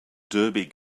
derby